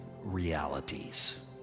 realities